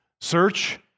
search